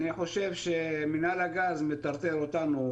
אני חושב שמינהל הגז מטרטר אותנו